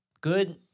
good